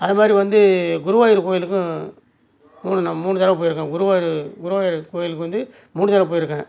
அது மாதிரி வந்து குருவாயூர் கோயிலுக்கும் மூணு நம் மூணு தடவை போயிருக்கேன் குருவாயூர் குருவாயூரர் கோயிலுக்கு வந்து மூணு தடவை போயிருக்கேன்